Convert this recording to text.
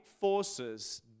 forces